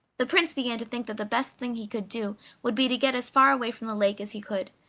the prince began to think that the best thing he could do would be to get as far away from the lake as he could,